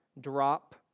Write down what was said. drop